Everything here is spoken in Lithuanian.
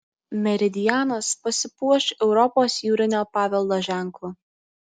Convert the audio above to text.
meridianas pasipuoš europos jūrinio paveldo ženklu